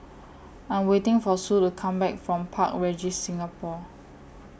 I'm waiting For Sue to Come Back from Park Regis Singapore